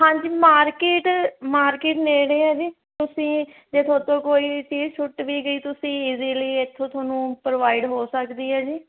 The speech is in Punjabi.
ਹਾਂਜੀ ਮਾਰਕੀਟ ਮਾਰਕੀਟ ਨੇੜੇ ਆ ਜੀ ਤੁਸੀਂ ਜੇ ਤੁਹਾਤੋਂ ਕੋਈ ਚੀਜ਼ ਛੁੱਟ ਵੀ ਗਈ ਤੁਸੀਂ ਇਜੀਲੀ ਇੱਥੋਂ ਤੁਹਾਨੂੰ ਪ੍ਰੋਵਾਈਡ ਹੋ ਸਕਦੀ ਹੈ ਜੀ